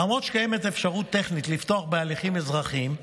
למרות שקיימת אפשרות טכנית לפתוח בהליכים אזרחיים,